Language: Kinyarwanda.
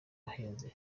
ahenze